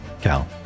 Cal